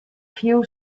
few